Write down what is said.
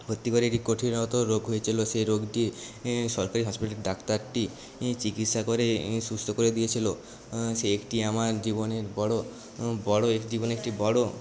ভর্তি করে কি কঠিনত রোগ হয়েছিল সে রোগটি সরকারি হসপিটালের ডাক্তারটি চিকিৎসা করে সুস্থ করে দিয়েছিল সেই একটি আমার জীবনের বড় বড় একটি মানে একটি বড়